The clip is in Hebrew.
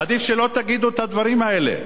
עדיף שלא תגידו את הדברים האלה.